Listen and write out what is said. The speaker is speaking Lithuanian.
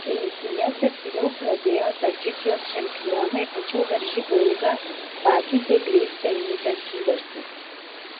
rungtynes aktyviau pradėjo tadžikijos čempionai tačiau varžybų eigą pakeitė greit pelnytas įvartis